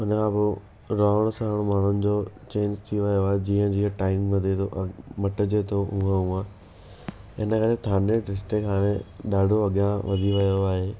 उनखां पोइ रहणु सहणु माण्हुनि जो चेंज थी वियो आहे जीअं जीअं टाइम वधे थो मटिजे थो ऊंअ ऊंअ हिन करे थाने डिस्ट्रिक्ट हाणे ॾाढो अॻियां वधी वियो आहे